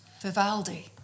Vivaldi